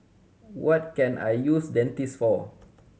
what can I use Dentiste for